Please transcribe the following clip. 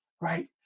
right